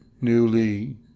newly